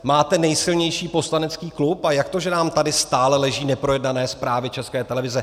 Máte nejsilnější poslanecký klub, a jak to, že nám tady stále leží neprojednané zprávy České televize?